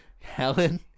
Helen